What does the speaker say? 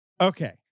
Okay